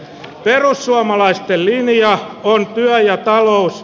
perussuomalaisten linja on työ ja talous